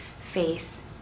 face